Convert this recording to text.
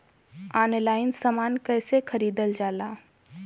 Online समान कैसे खरीदल जाला?